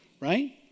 right